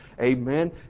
amen